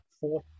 four